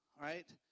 right